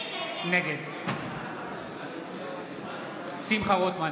נגד שמחה רוטמן,